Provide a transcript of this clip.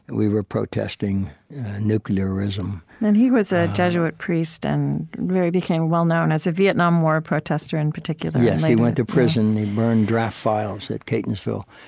and we were protesting nuclearism and he was a jesuit priest and became well known as a vietnam war protester in particular yes. he went to prison. he burned draft files at catonsville,